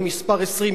היא מס' 20,